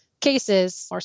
cases